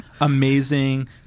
amazing